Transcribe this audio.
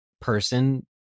person